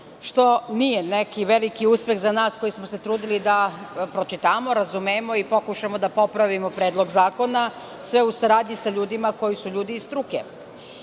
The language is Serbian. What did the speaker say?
što nije neki veliki uspeh za nas koji smo se trudili da pročitamo, razumemo i pokušamo da popravimo Predlog zakona, sve u saradnji sa ljudima koji su iz struke. Ovaj